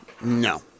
no